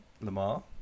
Lamar